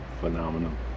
phenomenon